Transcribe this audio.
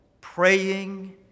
praying